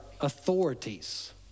authorities